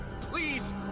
please